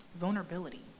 vulnerability